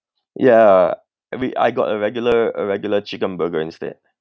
ya and we I got a regular uh regular chicken burger instead